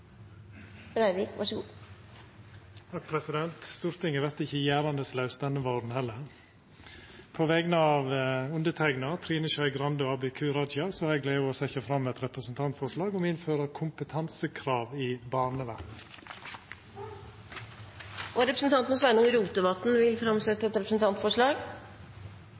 Stortinget vert heller ikkje denne våren gjerandslaust. På vegner av underteikna, Trine Skei Grande og Abid Q. Raja har eg gleda av å setja fram eit representantforslag om å innføra kompetansekrav i barnevernet. Representanten Sveinung Rotevatn vil framsette et representantforslag.